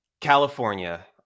California